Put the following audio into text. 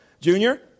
Junior